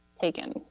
taken